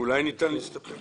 אולי ניתן להסתפק